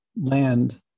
land